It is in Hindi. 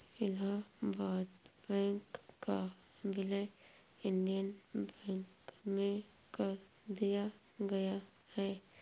इलाहबाद बैंक का विलय इंडियन बैंक में कर दिया गया है